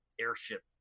airship